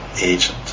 agent